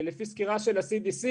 לפי סקירה של ה-CDC,